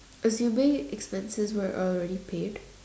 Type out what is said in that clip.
assuming expenses are already paid